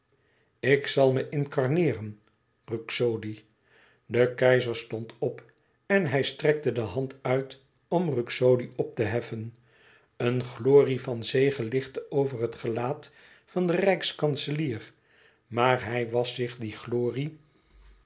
ik zal me incarneeren ruxodi de keizer stond op en hij strekte de hand uit om ruxodi op te heffen een glorie van zege lichtte over het gelaat van den rijkskanselier maar hij was zich die glorie